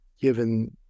given